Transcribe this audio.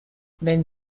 wenn